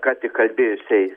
ką tik kalbėjusiai